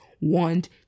want